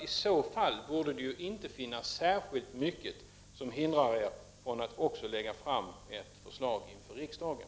I så fall borde det ju inte finnas särskilt mycket som hindrar regeringen från att också lägga fram ett förslag inför riksdagen.